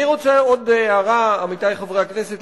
אני רוצה להעיר עוד הערה, עמיתי חברי הכנסת.